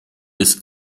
ist